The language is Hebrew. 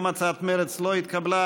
גם הצעת מרצ לא התקבלה.